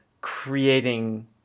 creating